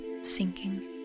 sinking